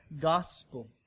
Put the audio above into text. gospel